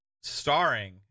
starring